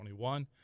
21